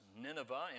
Nineveh